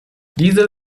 diese